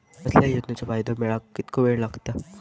कसल्याय योजनेचो फायदो मेळाक कितको वेळ लागत?